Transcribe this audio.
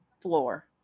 floor